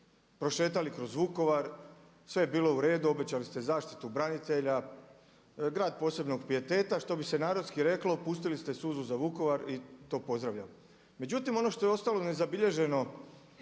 prošetali kroz Vukovar. Sve je bilo uredu, obećali ste zaštitu branitelja, grad posebnog pijeteta što bi se narodski reklo, pustili ste suzu za Vukovar i to pozdravljam. Međutim ono što je ostalo nezabilježeno